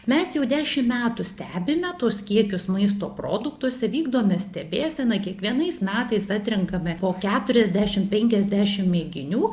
mes jau dešim metų stebime tuos kiekius maisto produktuose vykdome stebėseną kiekvienais metais atrenkame po keturiasdešim penkiasdešim mėginių